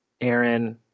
aaron